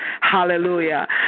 Hallelujah